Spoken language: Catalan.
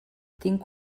tinc